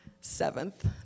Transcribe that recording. seventh